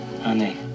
honey